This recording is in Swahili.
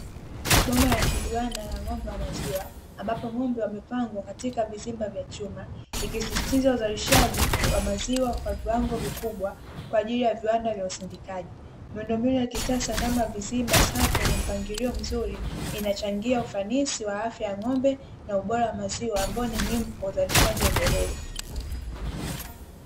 Boma la kiviwanda la ng'ombe wa maziwa ambapo ngombe wamepangwa katika vizimba vya chuma vikisisitiza uzalishaji wa maziwa kwa viwango kubwa kwaajili ya viwanda vya usindikaji, miundombinu ya kisasa kama vizimba safi na mpangilio mzuri unachangia ufanisi wa afya ya ng'ombe na ubora wa maziwa ambaio ni muhimu kwa uzalishaji endelevu.